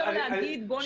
מודה לך, הכול בסדר גמור.